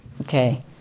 Okay